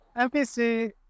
MPC